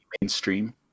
mainstream